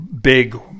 big